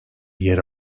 yer